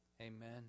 Amen